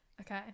Okay